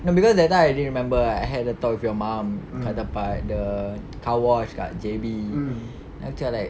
no cause that time I did remember I had a talk with your mum kat tempat the car wash kat J_B then macam like